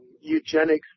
eugenics